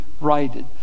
righted